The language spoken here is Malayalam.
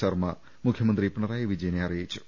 ശർമ്മ മുഖ്യമന്ത്രി പിണറായി വിജയനെ അറിയിച്ചു